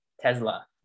Tesla